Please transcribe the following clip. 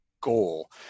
goal